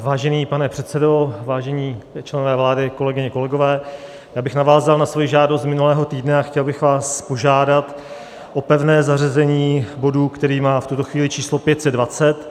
Vážený pane předsedo, vážení členové vlády, kolegyně, kolegové, navázal bych na svoji žádost z minulého týdne a chtěl bych vás požádat o pevné zařazení bodu, který má v tuto chvíli číslo 520.